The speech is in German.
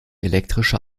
elektrische